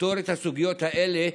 לפתור את הסוגיות האלה,